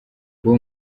bob